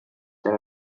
that